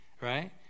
right